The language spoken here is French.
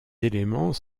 éléments